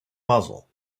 muzzle